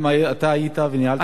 גם אתה היית וניהלת,